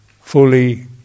fully